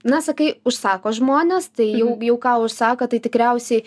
na sakai užsako žmonės tai jau jau ką užsako tai tikriausiai